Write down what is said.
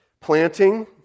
Planting